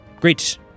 great